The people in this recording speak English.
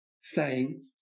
flying